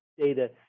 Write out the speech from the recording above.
data